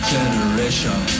Generation